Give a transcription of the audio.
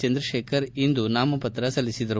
ಚಂದ್ರಶೇಖರ್ ಇಂದು ನಾಮಪತ್ರ ಸಲ್ಲಿಸಿದರು